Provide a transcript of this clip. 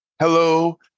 Hello